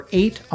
eight